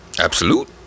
Absolute